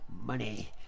money